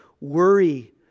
worry